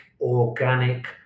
organic